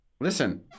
Listen